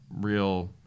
real